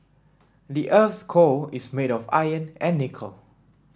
the earth's core is made of iron and nickel